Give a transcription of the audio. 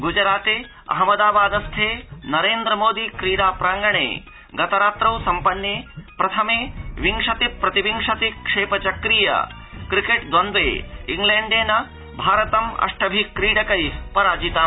ग्जराते अहमदाबाद स्थे नरेन्द्रमोदि क्रीडा प्रांगणे गतरात्रौ सम्पन्ने प्रथमे विंशति प्रतिविंशति क्षेप चक्रीये क्रिकेट द्रन्द्रे इंग्लैण्डेन भारतम् अष्टभिः क्रीडकैः पराजितम्